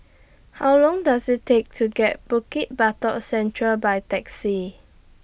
How Long Does IT Take to get Bukit Batok Central By Taxi